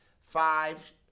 Five